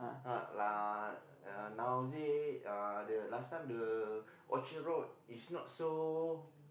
uh like uh nowadays uh the last time the Orchard-Road is not so